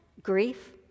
Grief